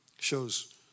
Shows